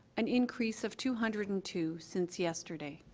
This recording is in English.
an increase of two hundred and two since yesterday.